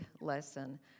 lesson